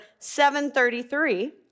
733